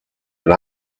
and